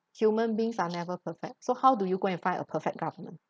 human beings are never perfect so how do you go and find a perfect government